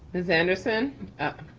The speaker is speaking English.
ms. anderson or